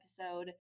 episode